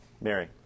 Mary